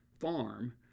farm